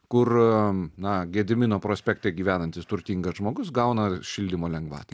kur na gedimino prospekte gyvenantis turtingas žmogus gauna šildymo lengvatai